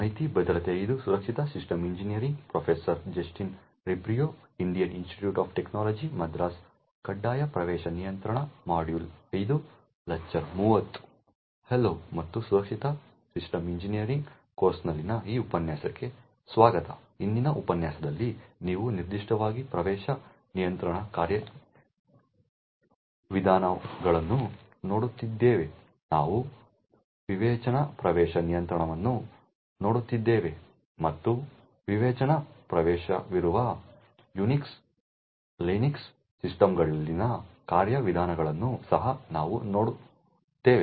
hello ಮತ್ತು ಸುರಕ್ಷಿತ system engineering ಕೋರ್ಸ್ನಲ್ಲಿ ಈ ಉಪನ್ಯಾಸಕ್ಕೆ ಸ್ವಾಗತ ಹಿಂದಿನ ಉಪನ್ಯಾಸದಲ್ಲಿ ನಾವು ನಿರ್ದಿಷ್ಟವಾಗಿ ಪ್ರವೇಶ ನಿಯಂತ್ರಣ ಕಾರ್ಯವಿಧಾನಗಳನ್ನು ನೋಡುತ್ತಿದ್ದೇವೆ ನಾವು ವಿವೇಚನಾ ಪ್ರವೇಶ ನಿಯಂತ್ರಣವನ್ನು ನೋಡುತ್ತಿದ್ದೇವೆ ಮತ್ತು ವಿವೇಚನಾ ಪ್ರವೇಶವಿರುವ ಯುನಿಕ್ಸ್ ಲಿನಕ್ಸ್ ಸಿಸ್ಟಮ್ಗಳಲ್ಲಿನ ಕಾರ್ಯವಿಧಾನಗಳನ್ನು ಸಹ ನಾವು ನೋಡಿದ್ದೇವೆ